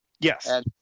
Yes